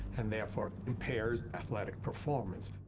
and therefore, impairs athletic performance.